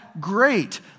great